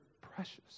precious